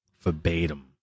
verbatim